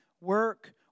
work